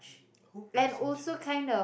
who was in church